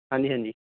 ਹਾਂਜੀ ਹਾਂਜੀ